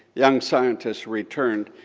young scientists returned.